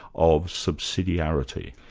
of subsidiarity.